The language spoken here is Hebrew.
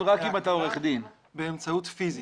פיסית.